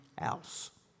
else